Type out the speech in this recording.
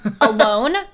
Alone